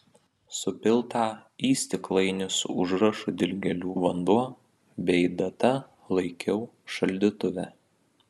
supiltą į stiklainį su užrašu dilgėlių vanduo bei data laikau šaldytuve